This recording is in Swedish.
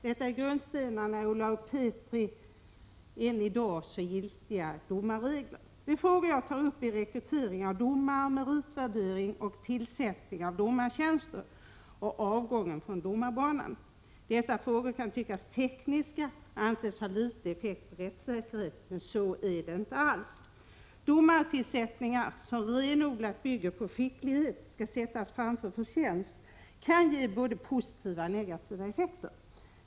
Detta är något av grundstenarna i Olaus Petris än i dag så giltiga domarregler. De frågor jag tar upp är rekrytering av domare, meritvärdering vid tillsättning av domartjänster och avgången från domarbanan. Dessa frågor kan tyckas tekniska och anses ha liten effekt på rättssäkerheten. Men så är det inte alls. Domartillsättningar som renodlat bygger på att skicklighet skall sättas framför förtjänsten kan ge både positiva och negativa effekter.